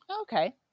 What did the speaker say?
Okay